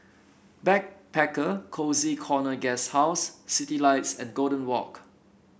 Backpacker Cozy Corner Guesthouse Citylights and Golden Walk